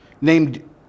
named